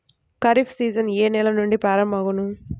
Kharif season ఏ నెల నుండి ప్రారంభం అగును?